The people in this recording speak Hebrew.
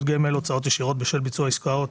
גמל) (הוצאות ישירות בשל ביצוע עסקאות),